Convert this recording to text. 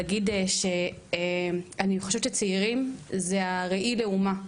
אני חושבת שצעירים זה ראי לאומה,